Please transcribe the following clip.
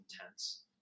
intense